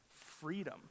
freedom